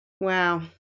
Wow